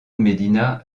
medina